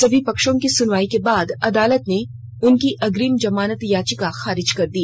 सभी पक्षों को सुनने के बाद अदालत ने उनकी अग्रिम जमानत याचिका खारिज कर दी